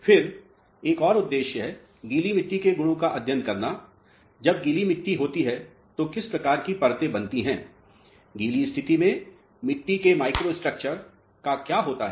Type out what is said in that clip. फिर एक और उद्देश्य है गीली मिट्टी के गुणों का अध्ययन करना जब मिट्टी गीली होती है तो किस प्रकार की परतें बनती हैं गीली स्थिति में मिट्टी के माइक्रोस्ट्रक्चर का क्या होता है